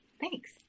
Thanks